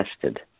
tested